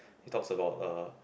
he talks about uh